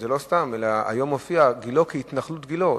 זה לא סתם, אלא היום מופיעה גילה כהתנחלות גילה.